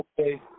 Okay